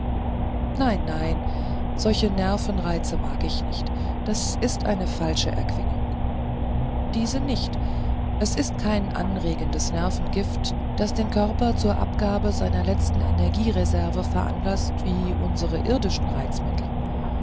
nein nein solche nervenreize mag ich nicht das ist eine falsche erquickung diese nicht es ist kein anregendes nervengift das den körper zur abgabe seiner letzten energiereserve veranlaßt wie unsre irdischen reizmittel